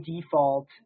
default